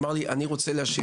אמר לי: ״אני רוצה להשיב,